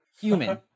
Human